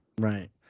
Right